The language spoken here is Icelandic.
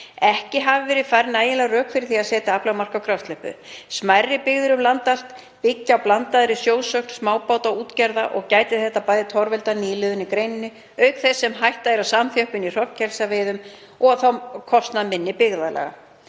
Ekki hafa verið færð nægjanleg rök fyrir því að setja aflamark á grásleppu. Smærri byggðir um land allt byggja á blandaðri sjósókn smábátaútgerða og gæti þetta bæði torveldað nýliðun í greininni auk þess sem hætta er á samþjöppun í hrognkelsaveiðum og þá á kostnað minni byggðarlaga.